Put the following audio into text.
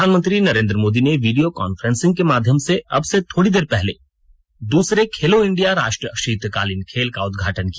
प्रधानमंत्री नरेंद्र मोदी ने video conferencing के माध्यम से अब से थोड़ी देर पहले दूसरे खेलो इंडिया राष्ट्रीय शीतकालीन खेल का उद्घाटन किया